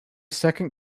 second